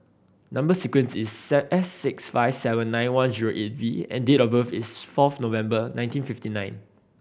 number sequence is S six five seven nine one zero eight V and date of birth is fourth November nineteen fifty nine